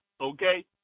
okay